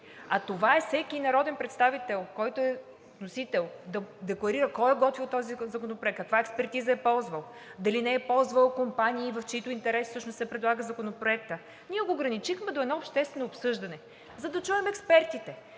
А това е всеки народен представител, който е вносител, да декларира кой е работил този законопроект, каква експертиза е ползвал, дали не е ползвал компании, в чийто интерес всъщност се предлага законопроектът. Ние го ограничихме до едно обществено обсъждане, за да чуем експертите,